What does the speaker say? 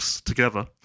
together